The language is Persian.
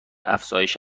افزایش